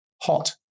hot